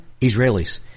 Israelis